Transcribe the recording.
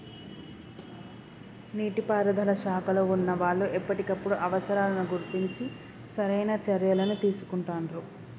నీటి పారుదల శాఖలో వున్నా వాళ్లు ఎప్పటికప్పుడు అవసరాలను గుర్తించి సరైన చర్యలని తీసుకుంటాండ్రు